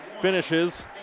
finishes